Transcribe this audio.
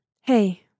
Hey